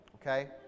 Okay